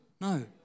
No